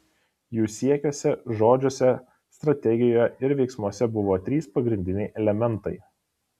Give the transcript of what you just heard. jų siekiuose žodžiuose strategijoje ir veiksmuose buvo trys pagrindiniai elementai